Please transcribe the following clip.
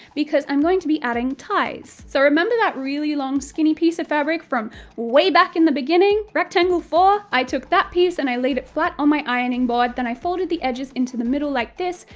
because i'm going to be adding ties. so remember that really long, skinny piece of fabric from way back in the beginning? rectangle four? i took that piece and i laid it flat on my ironing board, then i folded the edges into the middle like this,